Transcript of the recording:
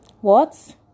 What